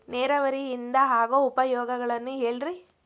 ನೇರಾವರಿಯಿಂದ ಆಗೋ ಉಪಯೋಗಗಳನ್ನು ಹೇಳ್ರಿ